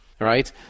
right